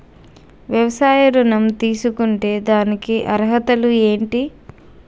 వ్యవసాయ ఋణం తీసుకుంటే దానికి అర్హతలు ఏంటి?